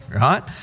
right